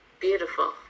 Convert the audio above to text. Beautiful